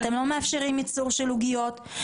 אתם לא מאפשרים ייצור של עוגיות,